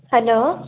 hello